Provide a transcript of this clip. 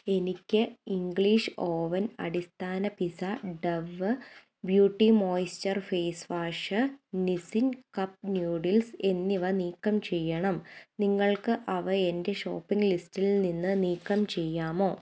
എനിക്ക് English oven അടിസ്ഥാന pizza Dove beauty moisture face wash Nissin cup noodles എന്നിവ നീക്കംചെയ്യണം നിങ്ങൾക്ക് അവ എന്റെ ഷോപ്പിംഗ് ലിസ്റ്റിൽ നിന്ന് നീക്കംചെയ്യാമോ